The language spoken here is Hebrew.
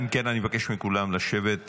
אם כן, אני מבקש מכולם לשבת.